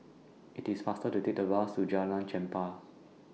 IT IS faster to Take The Bus to Jalan Chempah